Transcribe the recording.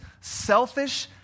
selfish